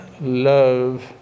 love